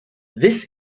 this